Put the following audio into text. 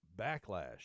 backlash